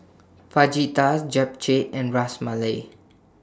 Fajitas Japchae and Ras Malai